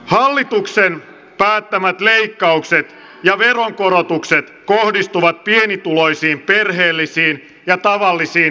hallituksen päättämät leikkaukset ja veronkorotukset kohdistuvat pienituloisiin perheellisiin ja tavallisiin työssä käyviin